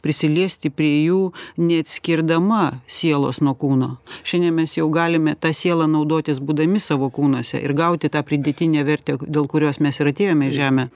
prisiliesti prie jų neatskirdama sielos nuo kūno šiandien mes jau galime ta siela naudotis būdami savo kūnuose ir gauti tą pridėtinę vertę dėl kurios mes ir atėjome į žemę